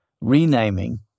renaming